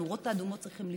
הנורות האדומות צריכות לפעול.